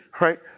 Right